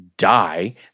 die